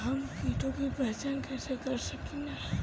हम कीटों की पहचान कईसे कर सकेनी?